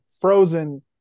Frozen